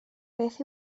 beth